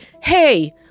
Hey